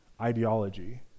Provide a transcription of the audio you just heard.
ideology